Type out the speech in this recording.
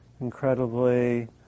incredibly